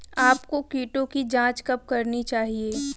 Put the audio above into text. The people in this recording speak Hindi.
आपको कीटों की जांच कब करनी चाहिए?